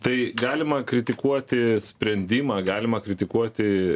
tai galima kritikuoti sprendimą galima kritikuoti